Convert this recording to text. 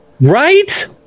Right